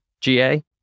GA